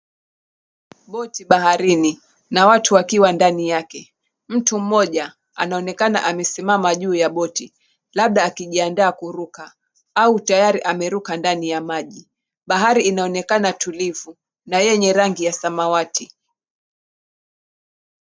Boti baharini na watu wakiwa ndani yake. Mtu mmoja anaonekana amesimama juu ya boti, labda akijiandaa kuruka au tayari ameruka ndani ya maji. Bahari inaonekana tulivu na yenye rangi ya samawati.